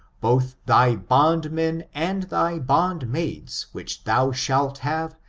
both thy bond men and thy bondmaids, which thou shalt have,